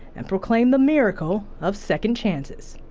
and proclaim the miracle of second chances.